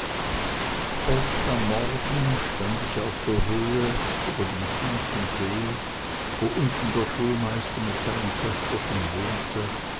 oft am morgen oder am abend stand ich auf der höhe über dem tiefen see wo unten der schulmeister mit seinem töchterchen wohnte